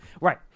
Right